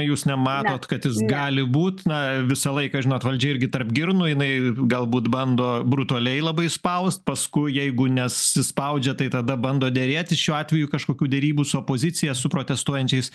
jūs nematot kad jis gali būt na visą laiką žinot valdžia irgi tarp girnų jinai galbūt bando brutaliai labai spaust paskui jeigu nesispaudžia tai tada bando derėtis šiuo atveju kažkokių derybų su opozicija su protestuojančiais